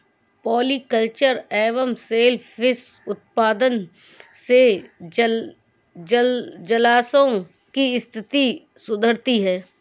polyculture एवं सेल फिश उत्पादन से जलाशयों की स्थिति सुधरती है